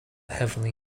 heavenly